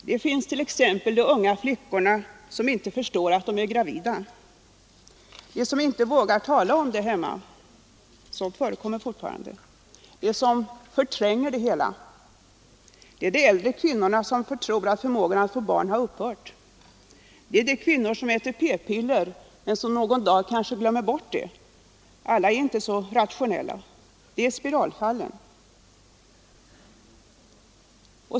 Vi har t.ex. de unga flickorna som inte förstår att de är gravida, de som inte vågar tala om det hemma — sådant förekommer fortfarande —, de som förtränger det hela. Vi har de äldre kvinnorna som tror att förmågan att få barn har upphört. Vi har de kvinnor som äter ppiller men som någon dag kanske glömmer bort det — alla är inte så rationella. Vi har också spiralfallen.